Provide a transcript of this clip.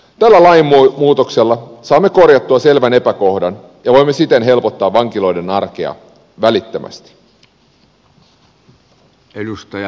tällä lainmuutoksella saamme korjattua selvän epäkohdan ja voimme siten helpottaa vankiloiden arkea välittömästi